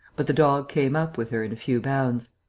but the dog came up with her in a few bounds.